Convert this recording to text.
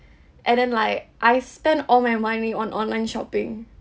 and then like I spent all my money on online shopping